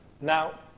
Now